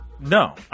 No